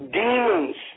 demons